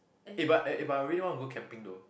eh but eh if I really want to go camping though